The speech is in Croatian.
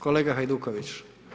Kolega Hajduković.